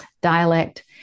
dialect